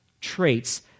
traits